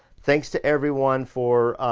thanks to everyone for,